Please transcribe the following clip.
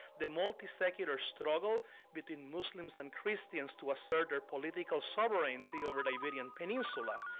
the multi-secular struggle between muslims and christians to assert their political sovereignty over the iberian peninsula.